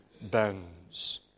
bends